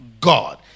God